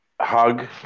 Hug